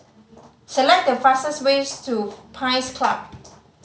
select the fastest ways to Pines Club